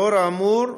לאור האמור,